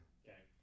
okay